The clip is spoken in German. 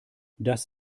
das